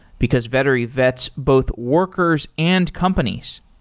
because vettery vets both workers and companies.